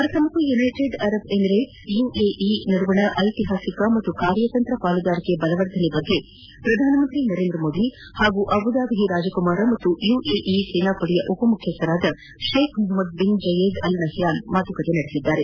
ಭಾರತ ಮತ್ತು united Arab Emirates UAE ನಡುವಣ ಐತಿಹಾಸಿಕ ಮತ್ತು ಕಾರ್ಯತಂತ್ರ ಪಾಲುದಾರಿಕೆ ಬಲವರ್ಧನೆ ಕುರಿತು ಪ್ರಧಾನಮಂತ್ರಿ ನರೇಂದ್ರ ಮೋದಿ ಹಾಗೂ ಅಬುದಾಭಿ ರಾಜಕುಮಾರ ಮತ್ತು ಯುಎಇ ಸೇನಾಪಡೆ ಉಪಮುಖ್ಯಸ್ಥರಾದ Sheikh Mohammed bin Zayed Al Nahyan ಮಾತುಕತೆ ನಡೆಸಿದರು